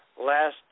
last